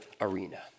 arena